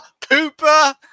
Pooper